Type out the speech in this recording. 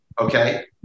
okay